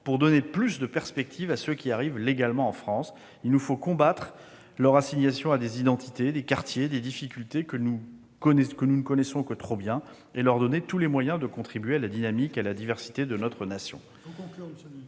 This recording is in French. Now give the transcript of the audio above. pour donner plus de perspectives à ceux qui arrivent légalement en France. Il nous faut combattre leur assignation à des identités, des quartiers, des difficultés que nous ne connaissons que trop bien, et leur donner tous les moyens de contribuer à la dynamique et à la diversité de notre nation.